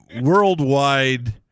worldwide